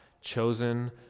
Chosen